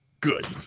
Good